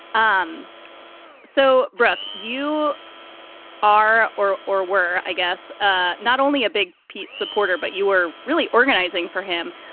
um so, brooke, you are or or were, i guess, ah not only a big pete supporter, but you were really organizing for him.